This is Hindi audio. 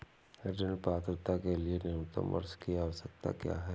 ऋण पात्रता के लिए न्यूनतम वर्ष की आवश्यकता क्या है?